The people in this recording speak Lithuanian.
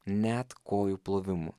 net kojų plovimu